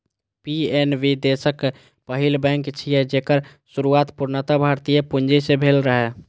PNB देशक पहिल bank छियै, जेकर शुरुआत पूर्णतः भारतीय पूंजी सं भेल रहै